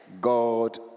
God